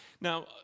Now